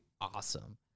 Awesome